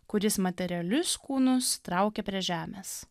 kuris materialius kūnus traukia prie žemės